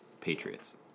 Patriots